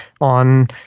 on